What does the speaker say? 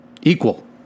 equal